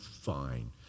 Fine